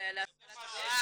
בוועדה להשכלה גבוהה.